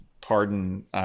pardon